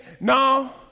no